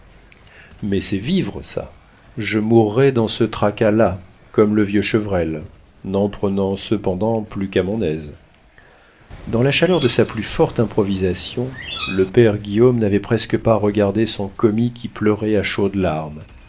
mais c'est vivre ça je mourrai dans ce tracas là comme le vieux chevrel n'en prenant cependant plus qu'à mon aise dans la chaleur de sa plus forte improvisation le père guillaume n'avait presque pas regardé son commis qui pleurait à chaudes larmes